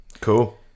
Cool